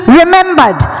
remembered